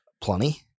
Plenty